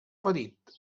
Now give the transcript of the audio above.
ferit